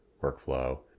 workflow